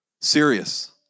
Serious